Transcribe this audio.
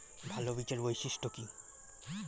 ভাল বীজের বৈশিষ্ট্য কী?